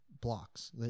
blocks